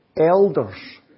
elders